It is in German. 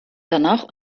danach